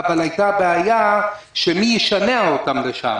אבל הייתה בעיה של מי ישנע אותם לשם.